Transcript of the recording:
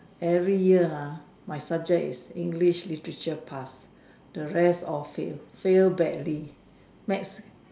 every year ah my subject is English literature pass the rest all fail fail badly maths